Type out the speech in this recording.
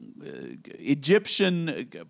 Egyptian